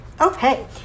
Okay